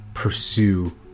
pursue